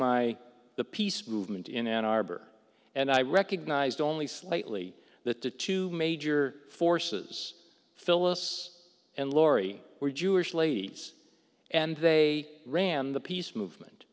my the peace movement in ann arbor and i recognized only slightly that the two major forces phyllis and laurie were jewish ladies and they ran the peace movement